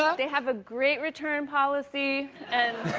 um they have a great return policy, and